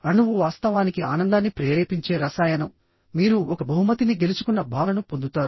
అణువు వాస్తవానికి ఆనందాన్ని ప్రేరేపించే రసాయనం మీరు ఒక బహుమతిని గెలుచుకున్న భావనను పొందుతారు